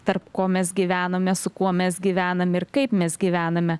tarp ko mes gyvename su kuo mes gyvename ir kaip mes gyvename